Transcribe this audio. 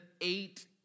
eight